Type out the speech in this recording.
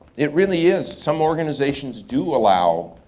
it really is. some organizations do allow